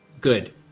Good